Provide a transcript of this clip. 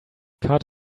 caught